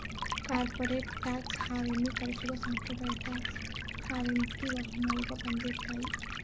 corporate tax హావెన్ని తరచుగా సంప్రదాయ టాక్స్ హావెన్కి వాహనాలుగా పంజేత్తాయి